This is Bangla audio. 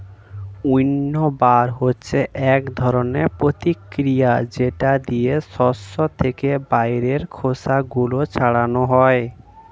উইন্নবার হচ্ছে এক ধরনের প্রতিক্রিয়া যেটা দিয়ে শস্য থেকে বাইরের খোসা গুলো ছাড়ানো হয়